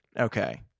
Okay